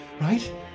right